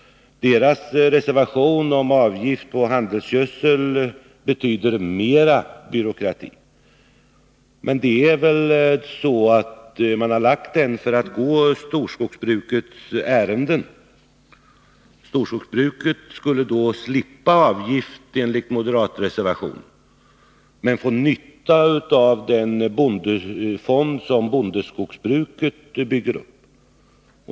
Deras reservation om avgift på handelsgödsel betyder mera byråkrati. Men de har väl avgivit sin reservation för att gå storskogsbrukets ärenden. Storskogsbruket skulle enligt moderatreservationen slippa avgift men få nytta av den fond som bondeskogsbruket bygger upp.